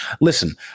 Listen